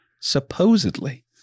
supposedly